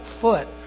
foot